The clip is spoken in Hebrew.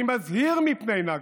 אני מזהיר מפני נכבה.